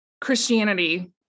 Christianity